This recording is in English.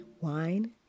Wine